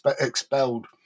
expelled